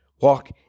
walk